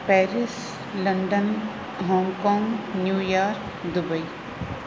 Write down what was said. Paris London Hong Kong New York Dubai